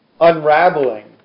unraveling